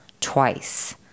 twice